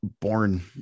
born